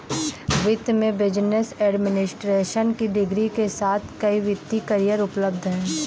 वित्त में business administration की डिग्री के साथ कई वित्तीय करियर उपलब्ध हैं